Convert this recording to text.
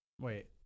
Wait